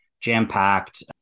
jam-packed